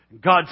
God